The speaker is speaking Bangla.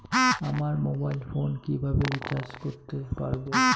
আমার মোবাইল ফোন কিভাবে রিচার্জ করতে পারব?